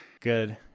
Good